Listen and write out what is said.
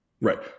Right